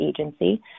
Agency